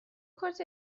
کارت